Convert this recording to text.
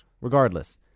regardless